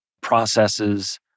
processes